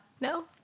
No